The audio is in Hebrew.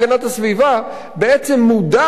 בעצם מודר לחלוטין,